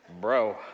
bro